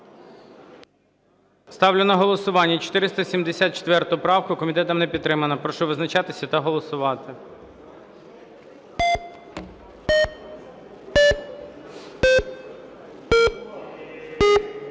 Ставлю на голосування 484 правку Соболєва. Комітетом не підтримана. Прошу визначатися та голосувати.